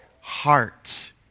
heart